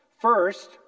First